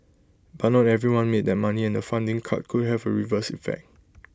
but not everyone made that money and the funding cut could have A reverse effect